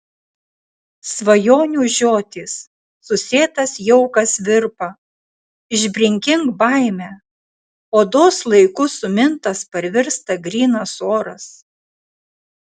svajonių žiotys susėtas jaukas virpa išbrinkink baimę odos laiku sumintas parvirsta grynas oras